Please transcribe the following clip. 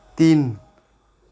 तिन